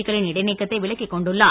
க்களின் இடைநீக்கத்தை விலக்கிக் கொண்டுள்ளார்